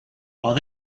while